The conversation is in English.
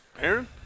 Aaron